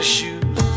shoes